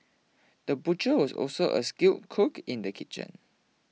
the butcher was also a skilled cook in the kitchen